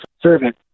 servant